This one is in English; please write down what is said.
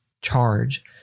charge